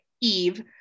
Eve